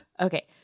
Okay